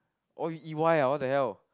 oh you E_Y ah what the hell